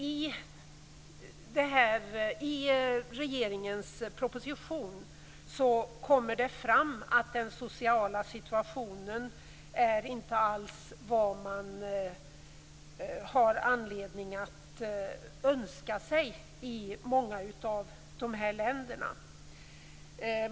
I regeringens proposition kommer det fram att den sociala situationen inte alls är vad man har anledning att önska sig i många av de här länderna.